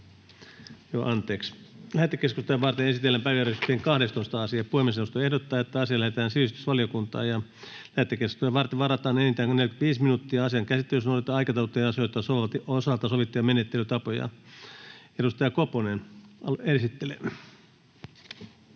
Lähetekeskustelua varten esitellään päiväjärjestyksen 12. asia. Puhemiesneuvosto ehdottaa, että asia lähetetään sivistysvaliokuntaan. Lähetekeskusteluun varataan enintään 45 minuuttia. Asian käsittelyssä noudatetaan aikataulutettujen asioiden osalta sovittuja menettelytapoja. — Edustaja Koponen esittelee.